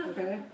Okay